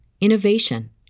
innovation